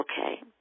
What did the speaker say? okay